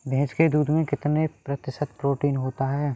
भैंस के दूध में कितना प्रतिशत प्रोटीन होता है?